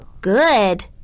Good